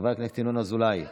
חבר הכנסת ינון אזולאי.